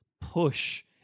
push